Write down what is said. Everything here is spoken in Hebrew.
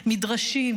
מדרשים,